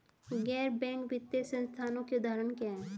गैर बैंक वित्तीय संस्थानों के उदाहरण क्या हैं?